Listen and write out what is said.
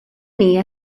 hija